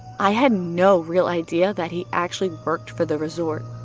i had no real idea that he actually worked for the resort.